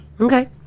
Okay